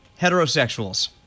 heterosexuals